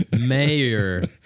Mayor